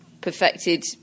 perfected